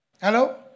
Hello